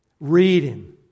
reading